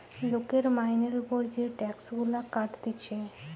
লোকের মাইনের উপর যে টাক্স গুলা কাটতিছে